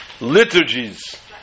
liturgies